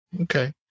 Okay